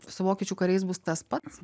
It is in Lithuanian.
su vokiečių kariais bus tas pats